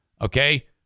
Okay